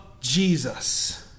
Jesus